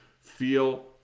feel